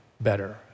better